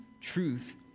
truth